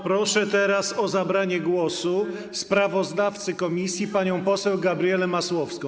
Proszę teraz o zabranie głosu sprawozdawcę komisji panią poseł Gabrielę Masłowską.